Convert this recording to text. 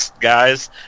guys